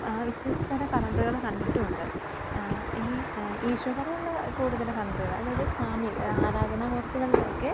ആ വ്യത്യസ്ത തര കലണ്ടറുകൾ കണ്ടിട്ടുമുണ്ട് ഈ ഈശോ പടമുള്ള കൂടുതൽ കലണ്ടറുകൾ അതായത് സ്വാമി ആരാധനാമൂർത്തികളുടെയൊക്കെ